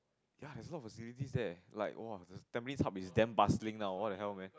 ya there's a lot of facilities there like !wah! Tampines Hub is damn buzzing now what the hell man